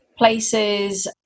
Places